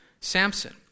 Samson